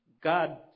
God